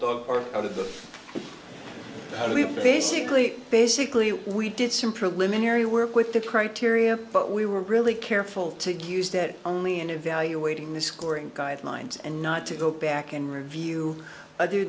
believe basically basically we did some preliminary work with the criteria but we were really careful to use that only in evaluating the scoring guidelines and not to go back and review other